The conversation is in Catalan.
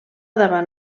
davant